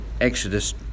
Exodus